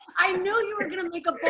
i knew and you were gonna make a